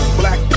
black